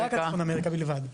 רק על צפון אמריקה, בלבד.